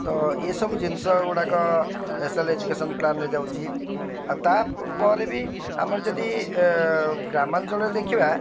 ତ ଏ ସବୁ ଜିନିଷ ଗୁଡ଼ାକ ନ୍ୟାସ୍ନାଲ୍ ଏଜୁକେଶନ୍ ପ୍ଲାନ୍ ରେ ଯାଉଛି ଆଉ ତା ପରେ ବି ଆମର ଯଦି ଗ୍ରାମାଞ୍ଚଳରେ ଦେଖିବା